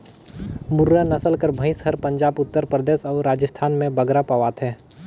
मुर्रा नसल कर भंइस हर पंजाब, उत्तर परदेस अउ राजिस्थान में बगरा पवाथे